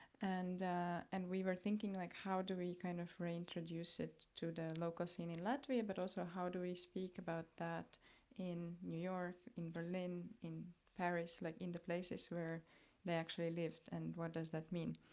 and and we were thinking like, how do we kind of reintroduce it to the local scene in latvia, but also how do we speak about that in new york, in berlin, in paris, like in the places where they actually lived and what does that mean?